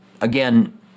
Again